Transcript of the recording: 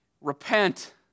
repent